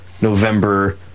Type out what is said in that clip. November